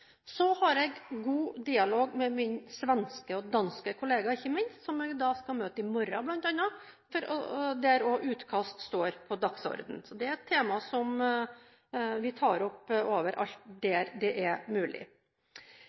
Så har jeg god dialog med ikke minst min svenske og min danske kollega, som jeg skal møte i morgen bl.a., der også utkast står på dagsordenen. Det er et tema som vi tar opp overalt hvor det er mulig.